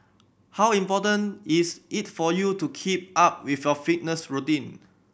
how important is it for you to keep up with your fitness routine